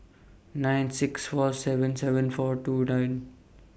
nine six four seven seven four two nine